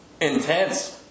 intense